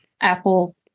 Apple